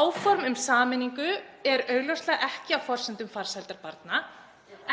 Áform um sameiningu eru augljóslega ekki á forsendum farsældar barna,